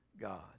God